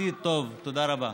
עתיד טוב, תודה רבה.